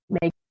make